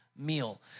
meal